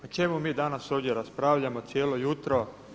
O čemu mi danas ovdje raspravljamo cijelo jutro?